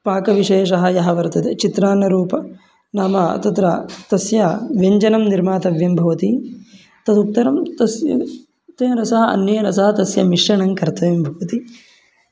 पाकविशेषः यः वर्तते चित्रान्नरूपः नाम तत्र तस्य व्यञ्जनं निर्मातव्यं भवति तदुत्तरं तस्य तेन सह अन्येन सह तस्य मिश्रणं कर्तव्यं भवति